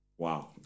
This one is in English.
wow